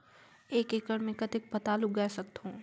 एक एकड़ मे कतेक पताल उगाय सकथव?